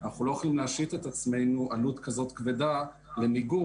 לא יכולים להשית על עצמנו עלות כזאת כבדה למיגון.